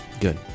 good